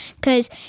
cause